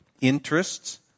interests